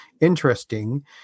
interesting